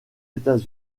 états